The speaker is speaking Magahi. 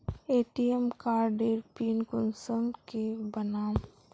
ए.टी.एम कार्डेर पिन कुंसम के बनाम?